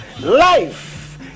Life